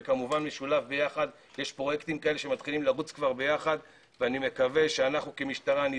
וכמובן שזה משולב ביחד יש פרויקטים כאלה שמתחילים לרוץ